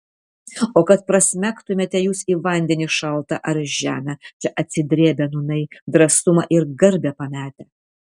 o kad prasmegtumėte jūs į vandenį šaltą ar žemę čia atsidrėbę nūnai drąsumą ir garbę pametę